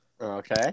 Okay